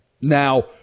Now